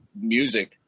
music